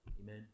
Amen